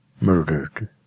murdered